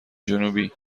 جنوبی